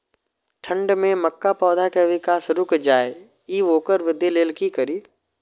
ठंढ में मक्का पौधा के विकास रूक जाय इ वोकर वृद्धि लेल कि करी?